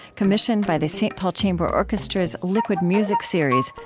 commissioned by the saint paul chamber orchestra's liquid music series,